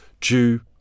Jew-